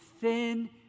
thin